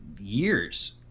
years